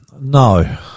No